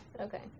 okay